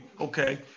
Okay